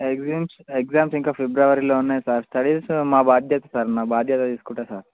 exams exams ఇంకా ఫిబ్రవరిలో ఉన్నాయి సార్ స్టడీస్ మా బాధ్యత సార్ నా బాధ్యత తీసుకుంటాను సార్